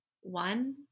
one